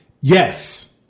Yes